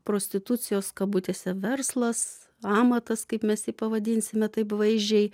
prostitucijos kabutėse verslas amatas kaip mes jį pavadinsime taip vaizdžiai